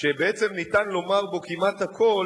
שבעצם ניתן לומר בו כמעט הכול,